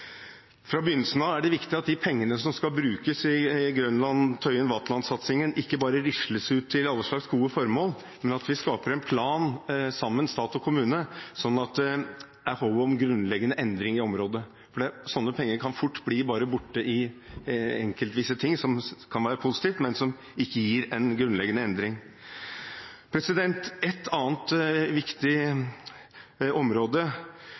Fra begynnelsen av er det viktig at de pengene som skal brukes i Grønland-Vaterland-Tøyen-satsingen, ikke bare risles ut til alle slags gode formål, men at stat og kommune sammen skaper en plan, slik at det er håp om grunnleggende endring i området. Slike penger kan fort bare bli borte enkeltvis i ting, som kan være positivt, men som ikke gir en grunnleggende endring. Et annet viktig område